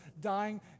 dying